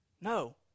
No